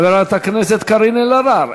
חברת הכנסת קארין אלהרר,